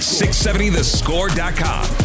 670thescore.com